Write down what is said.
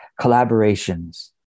collaborations